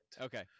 Okay